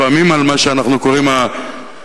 לפעמים על מה שאנחנו קוראים התמימות